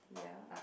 yeah